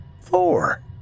Four